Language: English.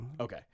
Okay